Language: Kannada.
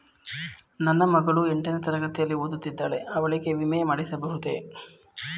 ನನ್ನ ಮಗಳು ಎಂಟನೇ ತರಗತಿಯಲ್ಲಿ ಓದುತ್ತಿದ್ದಾಳೆ ಅವಳಿಗೆ ವಿಮೆ ಮಾಡಿಸಬಹುದೇ?